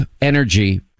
energy